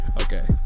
Okay